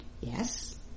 yes